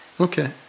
Okay